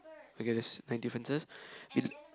okay that's nine differences